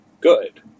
good